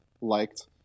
liked